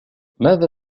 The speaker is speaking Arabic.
ماذا